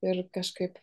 ir kažkaip